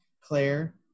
Claire